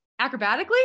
acrobatically